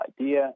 idea